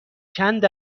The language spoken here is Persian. چند